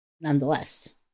nonetheless